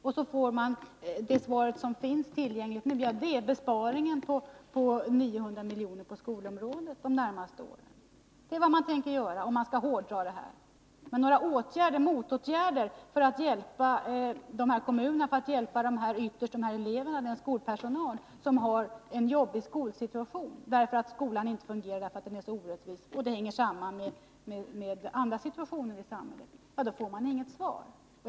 Och då får man svaret att det skall göras besparingar med 900 milj.kr. på skolområdet under de närmaste åren. Det är vad man tänker göra om det hela skall hårdras. Men man får inte något besked om att det skall vidtas några motåtgärder för att hjälpa kommunerna och de elever och den skolpersonal som har en jobbig skolsituation därför att skolan inte fungerar och därför att den är så orättvis. Det hänger samman med andra situationer i samhället.